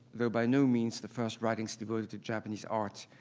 though by no means the first writings devoted to japanese art,